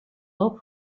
low